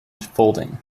folding